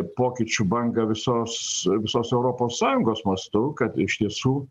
pokyčių bangą visos visos europos sąjungos mastu kad iš tiesų